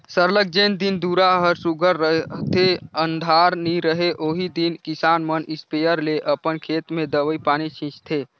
सरलग जेन दिन दुरा हर सुग्घर रहथे अंधार नी रहें ओही दिन किसान मन इस्पेयर ले अपन खेत में दवई पानी छींचथें